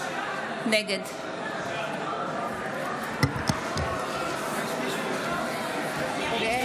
נגד חברי